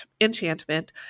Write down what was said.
enchantment